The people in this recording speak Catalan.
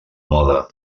moda